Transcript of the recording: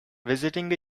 visiting